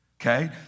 okay